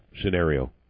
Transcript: scenario